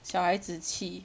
小孩子气